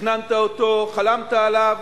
תכננת אותו, חלמת עליו